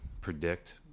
predict